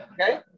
okay